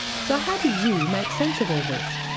so how do you make sense of all this?